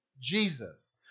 Jesus